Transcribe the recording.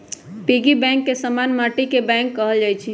piggy bank के समान्य माटिके बैंक कहल जाइ छइ